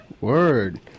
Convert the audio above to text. Word